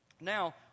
Now